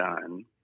done